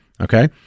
okay